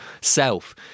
self